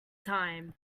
time